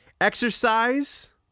Exercise